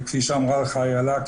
וכפי שאמרה לך איילה,